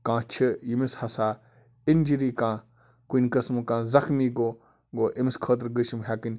کانٛہہ چھِ ییٚمِس ہَسا اِنٛجٕری کانٛہہ کُنہِ قٕسمُک کانٛہہ زَخمی گوٚو گوٚو أمِس خٲطرٕ گٔژھۍ یِم ہٮ۪کٕنۍ